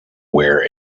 wear